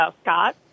Scott